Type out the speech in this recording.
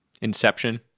Inception